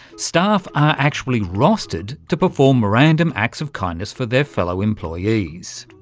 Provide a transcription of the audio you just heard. staff are actually rostered to perform random acts of kindness for their fellow employees.